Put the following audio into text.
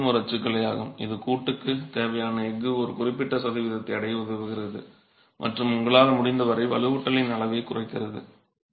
இது மீண்டும் ஒரு அச்சுக்கலையாகும் இது கூட்டுக்கு தேவையான எஃகு ஒரு குறிப்பிட்ட சதவீதத்தை அடைய உதவுகிறது மற்றும் உங்களால் முடிந்தவரை வலுவூட்டலின் அளவைக் குறைக்கிறது